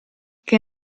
che